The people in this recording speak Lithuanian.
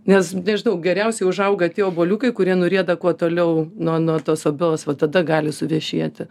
nes nežinau geriausiai užauga tie obuoliukai kurie nurieda kuo toliau nuo nuo tos obels va tada gali suvešėti